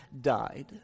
died